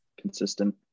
consistent